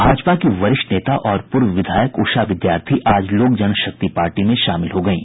भाजपा की वरिष्ठ नेता और पूर्व विधायक उषा विद्यार्थी आज लोक जनशक्ति पार्टी में शामिल हो गयीं